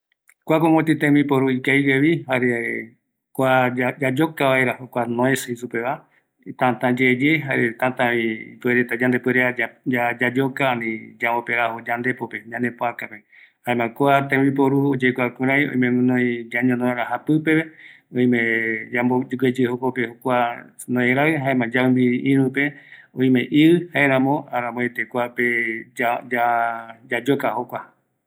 Kua tembiporu, jae ikaviyae, yayoka vaera kua ɨvɨra ia, noes jei supeva, kua tembiporu öime gueru yaumbiri vaera, jukuraï yayoka, yandepope ani ñanepöaka pe yandepuerea yayoka